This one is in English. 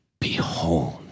Behold